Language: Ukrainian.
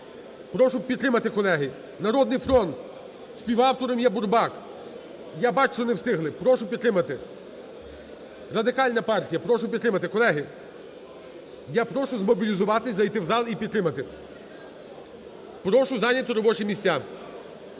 прошу підтримати, колеги. "Народний фронт", співавтором є Бурбак. Я бачу, що не встигли. Прошу підтримати. Радикальна партія, прошу підтримати. Колеги, я прошу змобілізуватись, зайти в зал і підтримати. Прошу зайняти робочі місця.